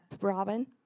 Robin